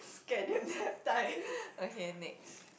scheduled nap time okay next